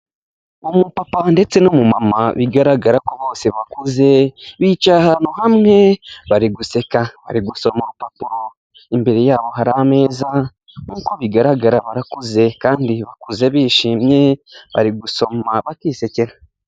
Umupapa ndetse n'umumama bigaragara ko bose bakuze bicaye ahantu hamwe bari guseka, bari gusoma urupapuro imbere yabo hari ameza nkuko bigaragara barakuze kandi bakuze bishimye, bari gusoma bakisekera.